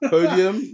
Podium